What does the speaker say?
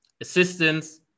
assistance